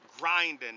grinding